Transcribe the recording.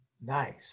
Nice